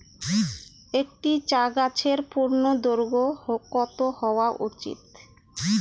একটি চা গাছের পূর্ণদৈর্ঘ্য কত হওয়া উচিৎ?